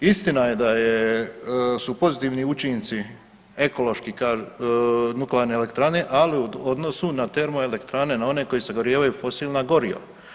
Istina je da je, su pozitivni učinci ekološki nuklearne elektrane, ali u odnosu na termoelektrane, na one koje sagorijevaju fosilna goriva.